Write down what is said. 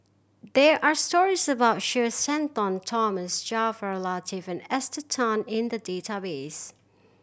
there are stories about Sir Shenton Thomas Jaafar Latiff and Esther Tan in the database